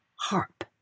harp